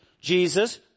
Jesus